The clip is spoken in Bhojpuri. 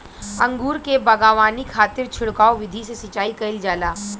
अंगूर के बगावानी खातिर छिड़काव विधि से सिंचाई कईल जाला